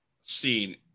scene